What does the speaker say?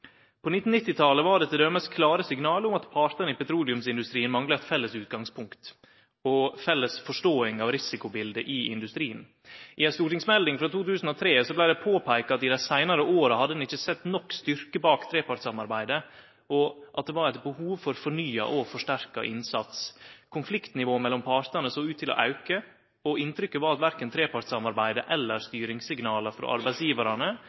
På 1990-talet var det t.d. klare signal om at partane i petroleumsindustrien mangla eit felles utgangspunkt og felles forståing av risikobildet i industrien. I ei stortingsmelding frå 2003 vart det peika på at i dei seinare åra hadde ein ikkje sett nok styrke bak trepartssamarbeidet, og at det var eit behov for fornya og forsterka innsats. Konfliktnivået mellom partane såg ut til å auke, og inntrykket var at verken trepartssamarbeidet eller styringssignala frå arbeidsgjevarane